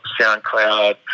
SoundCloud